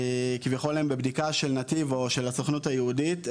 כביכול הם בבדיקה של "נתיב" או של הסוכנות היהודית,